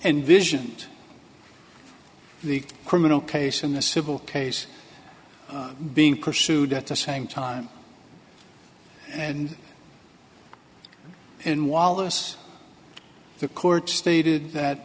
envisioned the criminal case in the civil case being pursued at the same time and in wallace the court stated that